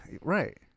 right